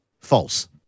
false